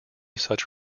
such